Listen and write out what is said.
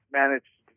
managed